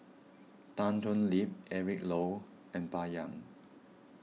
Tan Thoon Lip Eric Low and Bai Yan